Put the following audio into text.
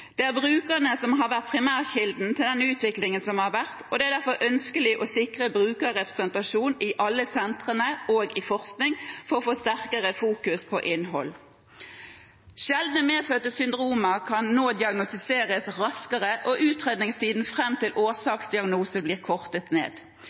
Det er brukerne som har vært primærkilden til den utviklingen som har vært. Det er derfor ønskelig å sikre brukerrepresentasjon i alle sentrene og i forskning for å fokusere sterkere på innhold. Sjeldne medfødte syndromer kan nå diagnostiseres raskere, og utredningstiden fram til